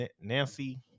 nancy